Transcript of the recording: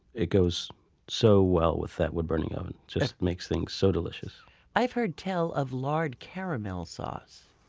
it goes so well with that wood-burning oven. it just makes things so delicious i've heard tell of lard caramel sauce,